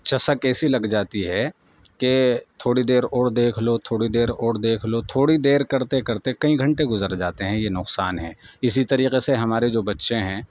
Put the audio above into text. چسک ایسی لگ جاتی ہے کہ تھوڑی دیر اوڑ دیکھ لو تھوڑی دیر اوڑ دیکھ لو تھوڑی دیر کرتے کرتے کئیں گھنٹے گزر جاتے ہیں یہ نکصان ہیں اسی طریقے سے ہمارے جو بچے ہیں